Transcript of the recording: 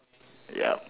ya